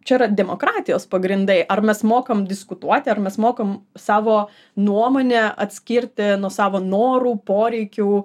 čia yra demokratijos pagrindai ar mes mokam diskutuoti ar mes mokam savo nuomonę atskirti nuo savo norų poreikių